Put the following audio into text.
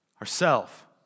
Ourself